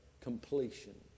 completion